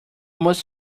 most